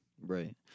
Right